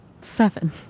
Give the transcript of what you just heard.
Seven